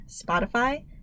Spotify